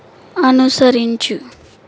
అనుసరించు